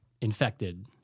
Infected